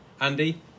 Andy